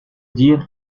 dire